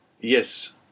Yes